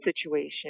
situation